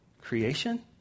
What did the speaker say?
creation